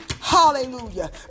Hallelujah